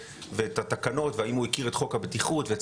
את התקנות והאם הוא הכיר את חוק הבטיחות ואת